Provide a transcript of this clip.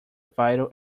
vital